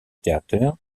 theater